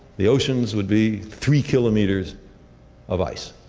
the oceans would be three kilometers of ice.